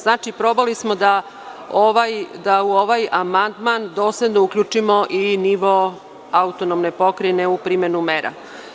Znači, probali smo da u ovaj amandman dosledno uključimo i nivo autonomne pokrajine u primenu mera.